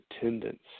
attendance